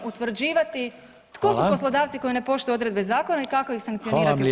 utvrđivati tko su poslodavci koji ne poštuju odredbe zakona i kako ih sankcionirati [[Upadica: Hvala vam lijepo zastupnice.]] u praksi.